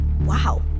Wow